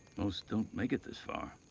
most don't make it this far.